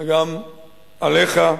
וגם עליך,